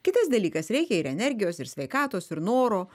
kitas dalykas reikia ir energijos ir sveikatos ir noro